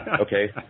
Okay